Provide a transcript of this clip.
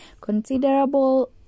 considerable